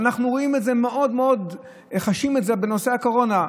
ואנחנו חשים את זה מאוד מאוד בנושא הקורונה.